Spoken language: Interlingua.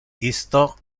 isto